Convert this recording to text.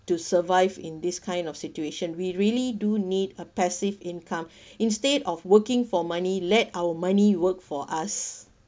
to survive in this kind of situation we really do need a passive income instead of working for money let our money work for us